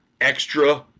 extra